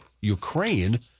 Ukraine